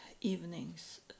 evenings